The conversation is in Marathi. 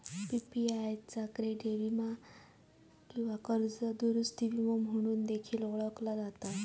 पी.पी.आय का क्रेडिट वीमा किंवा कर्ज दुरूस्ती विमो म्हणून देखील ओळखला जाता